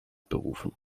berufen